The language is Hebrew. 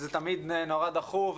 וזה תמיד נורא דחוף,